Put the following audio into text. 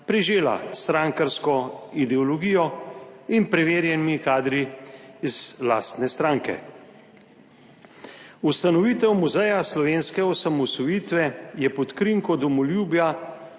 prežela s strankarsko ideologijo in preverjenimi kadri iz lastne stranke. Ustanovitev Muzeja slovenske osamosvojitve je pod krinko domoljubja